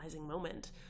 moment